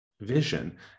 vision